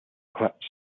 clips